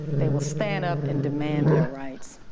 they will stand up and demand their rights.